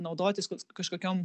naudotis koks kažkokiam